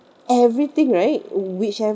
everything right whichever